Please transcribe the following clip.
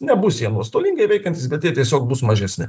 nebus jei nuostolingai veikiantys bet jie tiesiog bus mažesni